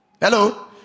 Hello